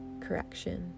correction